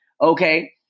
okay